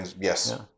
Yes